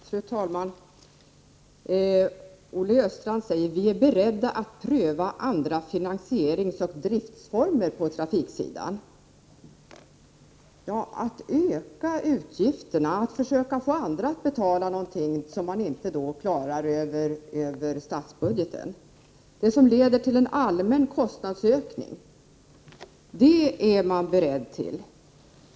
Fru talman! Olle Östrand säger: Vi är beredda att pröva andra finansieringsoch driftsformer på trafiksidan, vilket innebär att försöka få andra att betala någonting som man inte klarar över statsbudgeten. Detta leder till en allmän kostnadsökning. Det är man beredd till.